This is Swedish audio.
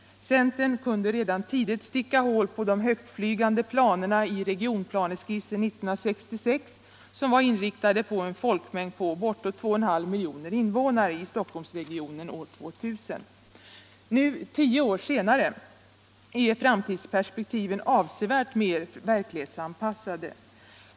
Centern kunde redan tidigt sticka hål på de högtflygande planerna i regionplaneskissen 1966 som var inriktade på en folkmängd på bortåt 2,5 miljoner invånare i Stockholmsregionen år 2000. Nu tio år senare är framtidsperspektiven avsevärt mer verklighetsanpasssade.